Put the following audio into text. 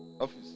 Office